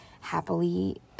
happily